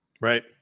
Right